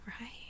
Right